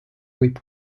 võib